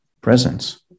presence